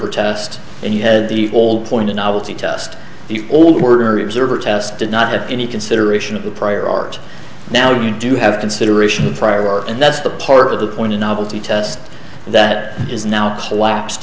protest and you had the whole point of novelty test the old were observer test did not have any consideration of the prior art now you do have consideration for our work and that's the part of the point of novelty test that is now collapsed